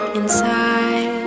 inside